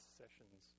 sessions